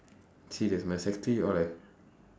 serious my safety all I